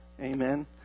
Amen